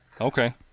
Okay